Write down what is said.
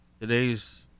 today's